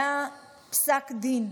היה פסק דין,